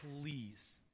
Please